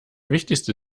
wichtigste